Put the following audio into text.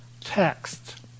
text